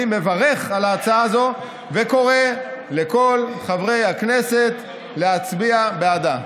אני מברך על הצעה זו וקורא לכל חברי הכנסת להצביע בעדה.